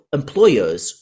employers